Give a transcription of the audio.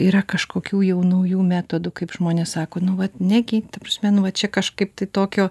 yra kažkokių jau naujų metodų kaip žmonės sako nu vat negi ta prasme nu va čia kažkaip tai tokio